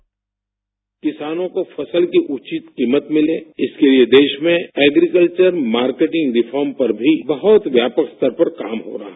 लिए देशभर में किसानों को फसल की उचित कीमत मिले इसके लिए देश में एग्रीकल्वर मार्केटिंग रिफ ॉर्म पर भी बहुत व्यापक स्तर पर काम हो रहा है